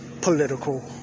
political